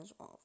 off